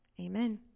Amen